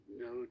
no